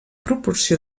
proporció